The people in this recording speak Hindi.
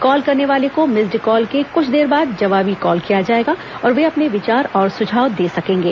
कॉल करने वाले को मिस्ड कॉल के कुछ देर बाद जवाबी कॉल किया जाएगा और वे अपने विचार और सुझाव दे सकेंगे